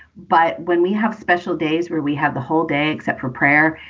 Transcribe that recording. but when we have special days where we have the whole day except for prayer,